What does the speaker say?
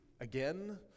again